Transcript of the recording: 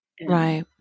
Right